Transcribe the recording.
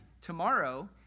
tomorrow